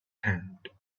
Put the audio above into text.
hand